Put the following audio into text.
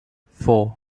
four